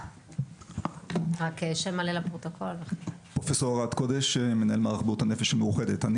אני מנהל מערך בריאות הנפש בקופת חולים מאוחדת.